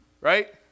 right